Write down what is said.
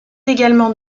également